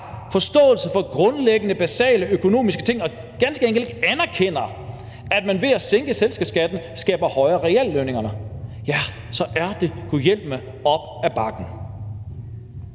forståelse for grundlæggende, basale økonomiske ting og ganske enkelt ikke anerkender, at man ved at sænke selskabsskatten skaber højere reallønninger, så er det gudhjælpemig op ad bakke.